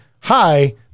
hi